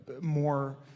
more